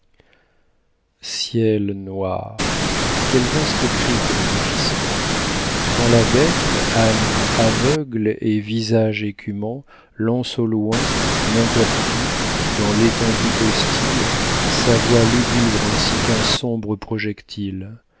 ciel noir quel vaste cri que le rugissement quand la bête âme aveugle et visage écumant lance au loin n'importe où dans l'étendue hostile sa voix lugubre ainsi qu'un sombre projectile